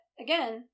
again